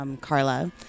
Carla